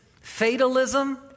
fatalism